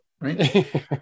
right